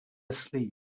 asleep